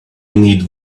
need